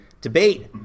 debate